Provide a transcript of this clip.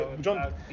John